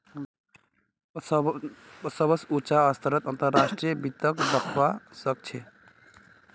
सबस उचा स्तरत अंतर्राष्ट्रीय वित्तक दखवा स ख छ